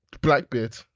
Blackbeard